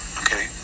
okay